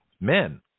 men